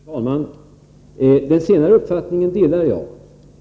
Fru talman! Den senare uppfattningen delar jag.